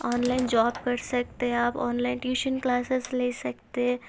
on line job کر سکتے آپ آن لائن ٹیوشن کلاسز لے سکتے